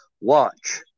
watch